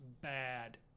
bad